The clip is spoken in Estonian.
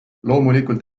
loomulikult